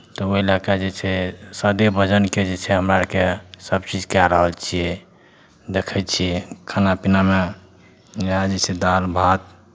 तऽ ओहि लऽ कऽ जे छै सादे भोजनकेँ जे छै हम आरके सभचीज कए रहल छियै देखै छियै खाना पीनामे इएह जे छै दालि भात